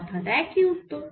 অর্থাৎ একই উত্তর